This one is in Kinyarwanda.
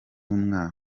umwana